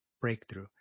breakthrough